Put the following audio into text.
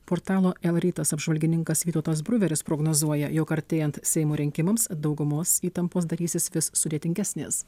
portalo lrytas apžvalgininkas vytautas bruveris prognozuoja jog artėjant seimo rinkimams daugumos įtampos darysis vis sudėtingesnės